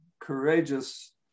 courageous